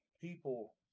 people